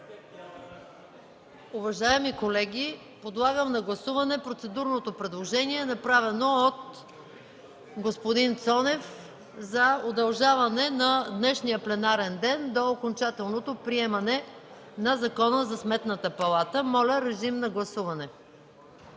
Уважаеми колеги, подлагам на гласуване процедурното предложение, направено от господин Цонев – за удължаване на днешния пленарен ден до окончателното приемане на Закона за Сметната палата. Моля, гласувайте.